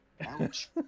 Ouch